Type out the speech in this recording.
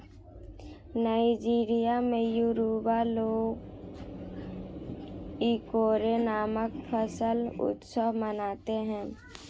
Nigeria में Yoruba लोग Ikore नामक फसल उत्सव मनाते हैं